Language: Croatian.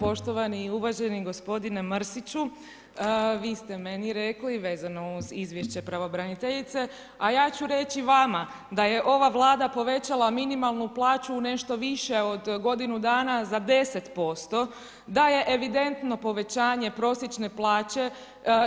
Poštovani i uvaženi gospodine Mrsiću, vi ste meni rekli, vezano uz izvješće pravobraniteljice, a ja ću reći vama da ova Vlada povećala minimalnu plaću u nešto više od godinu dana za 10%, da je evidentno povećanje prosječne plaće